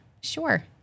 sure